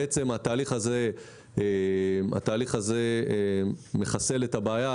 בעצם התהליך הזה מחסל את הבעיה.